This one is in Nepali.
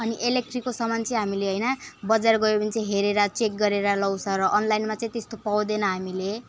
अनि इलेक्ट्रीको सामान चाहिँ हामीले होइन बजार गयो भने चाहिँ हेरेर चेक गरेर ल्याउँछ र अनलाइनमा चाहिँ त्यस्तो पाउँदैन हामीले